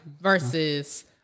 Versus